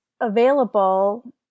available